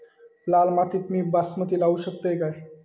लाल मातीत मी बासमती लावू शकतय काय?